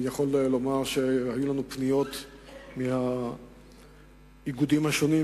אני יכול לומר שהיו לנו פניות מהאיגודים השונים,